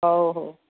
ହଉ ହଉ